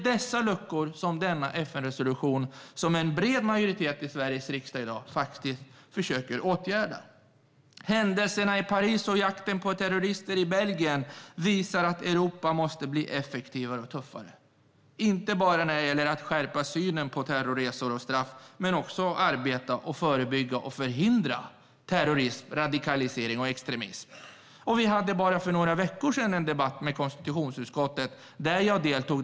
Det är dessa luckor som en bred majoritet i Sveriges riksdag i dag faktiskt försöker åtgärda med denna FN-resolution. Händelserna i Paris och jakten på terrorister i Belgien visar att Europa måste bli effektivare och tuffare. Det gäller inte bara att skärpa synen på terrorresor och straff. Det handlar också om att arbeta för att förebygga och förhindra terrorism, radikalisering och extremism. Vi hade bara för några veckor sedan en debatt med konstitutionsutskottet där jag deltog.